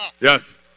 yes